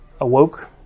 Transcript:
awoke